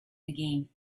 again